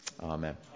Amen